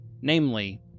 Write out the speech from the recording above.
namely